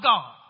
God